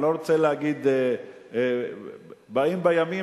אני לא רוצה להגיד "באים בימים",